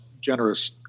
generous